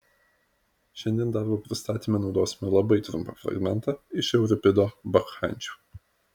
šiandien darbo pristatyme naudosime labai trumpą fragmentą iš euripido bakchančių